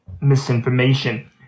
misinformation